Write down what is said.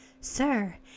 Sir